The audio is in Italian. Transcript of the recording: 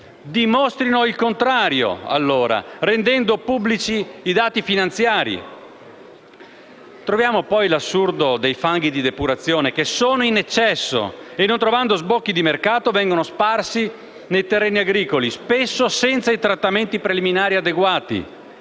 Dimostrino il contrario, rendendo pubblici i dati finanziari. Troviamo poi l'assurdo dei fanghi di depurazione che sono in eccesso e, non trovando sbocchi di mercato, vengono sparsi nei terreni agricoli, spesso senza i trattamenti preliminari adeguati.